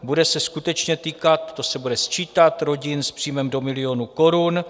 Bude se skutečně týkat to se bude sčítat rodin s příjmem do milionu korun.